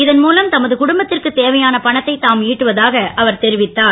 இதன் மூலம் தமது குடும்பத் ற்குத் தேவையான பணத்தை தாம் ஈட்டுவதாக தெரிவித்தார்